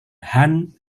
hun